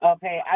Okay